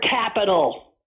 capital